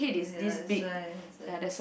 ya that's why that's why